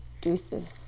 Deuces